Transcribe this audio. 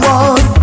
one